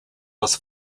was